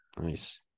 Nice